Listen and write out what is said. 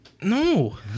no